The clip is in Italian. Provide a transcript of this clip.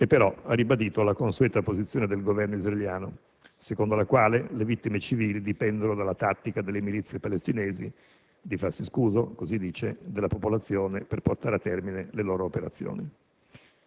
ma ha ribadito la consueta posizione del Governo israeliano, secondo la quale le vittime civili dipendono dalla tattica delle milizie palestinesi di farsi scudo, così dice, della popolazione per portare a termine le loro operazioni.